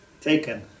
taken